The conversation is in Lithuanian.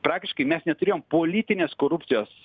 praktiškai mes neturėjom politinės korupcijos